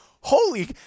Holy